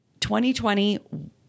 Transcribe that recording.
2020